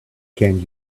can